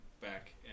back